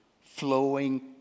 flowing